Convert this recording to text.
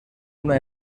una